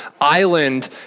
island